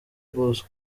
bosco